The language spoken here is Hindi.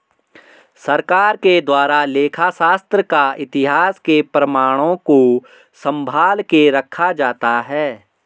सरकार के द्वारा लेखा शास्त्र का इतिहास के प्रमाणों को सम्भाल के रखा जाता है